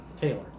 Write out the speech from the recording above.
Taylor